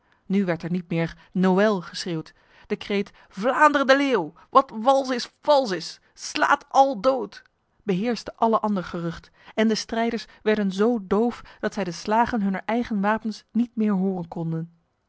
nu werd er niet meer noël geschreeuwd de kreet vlaanderen de leeuw wat wals is vals is slaat al dood beheerste alle ander gerucht en de strijders werden zo doof dat zij de slagen hunner eigen wapens niet meer horen konden